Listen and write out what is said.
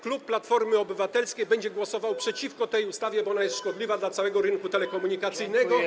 Klub Platformy Obywatelskiej będzie głosował przeciwko tej ustawie, bo ona jest szkodliwa dla całego rynku telekomunikacyjnego.